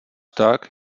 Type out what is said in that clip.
tak